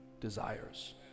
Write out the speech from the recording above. desires